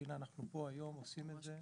והנה אנחנו כאן היום עושים את זה.